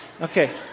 Okay